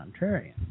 contrarian